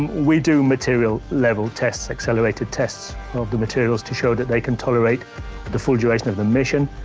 we do material level tests accelerated tests of the materials to show that they can tolerate the full duration of the mission.